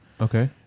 Okay